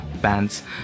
bands